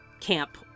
camp